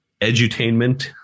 edutainment